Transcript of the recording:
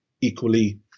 equally